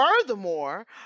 furthermore